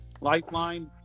lifeline